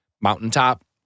mountaintop